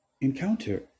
encounter